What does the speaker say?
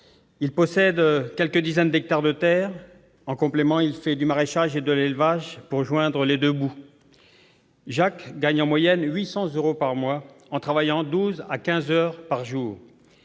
Il possède quelques dizaines d'hectares de terres. En complément, il fait du maraîchage et de l'élevage pour joindre les deux bouts. Jacques gagne en moyenne 800 euros par mois en travaillant 12 à 15 heures par jour.